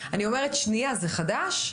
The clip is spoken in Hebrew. אני אומרת: זה חדש?